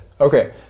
okay